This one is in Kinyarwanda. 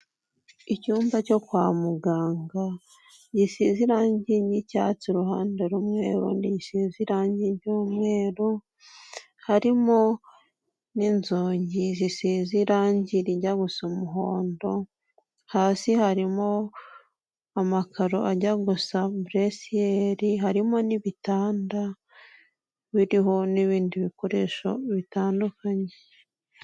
Icyumba cyo kwa muganga gisize irangi ry'icyatsi uruhande rumwe, urundi gisize irangi ry'umweru, harimo n'inzugi zisize irangi rijya gusa umuhondo, hasi harimo amakaro ajya gusa bureseyeri, harimo n'ibitanda biriho n'ibindi bikoresho bitandukanye.